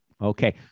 Okay